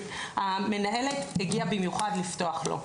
והמנהלת הגיעה במיוחד לפתוח לו.